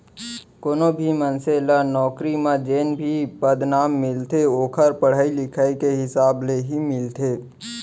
कोनो भी मनसे ल नउकरी म जेन भी पदनाम मिलथे ओखर पड़हई लिखई के हिसाब ले ही मिलथे